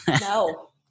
No